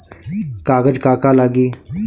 कागज का का लागी?